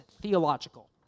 theological